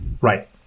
Right